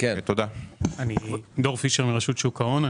אני מרשות שוק ההון.